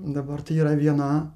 dabar tai yra viena